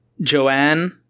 Joanne